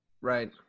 Right